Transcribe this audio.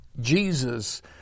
Jesus